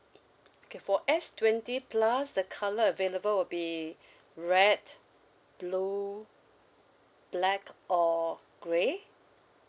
okay for S twenty plus the colour available will be red blue black or grey